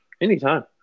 Anytime